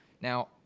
now